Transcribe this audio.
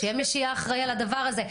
שיהיה מי שיהיה אחראי על הדבר הזה,